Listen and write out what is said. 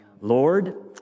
Lord